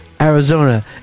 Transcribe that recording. Arizona